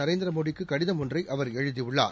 நரேந்திர மோடிக்கு கடிதம் ஒன்றை அவர் எழுதியுள்ளார்